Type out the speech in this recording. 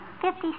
Fifty